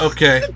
Okay